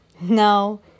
No